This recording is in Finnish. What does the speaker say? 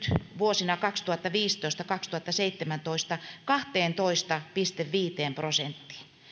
vuosina kaksituhattaviisitoista viiva kaksituhattaseitsemäntoista kahteentoista pilkku viiteen prosenttiin